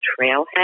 trailhead